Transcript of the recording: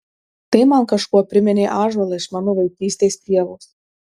tai man kažkuo priminė ąžuolą iš mano vaikystės pievos